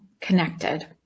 connected